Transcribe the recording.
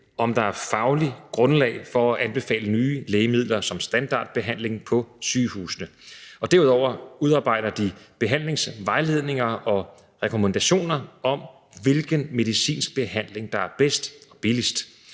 om der er fagligt grundlag for at anbefale nye lægemidler som standardbehandling på sygehusene. Derudover udarbejder de behandlingsvejledninger og rekommandationer om, hvilken medicinsk behandling der er bedst og billigst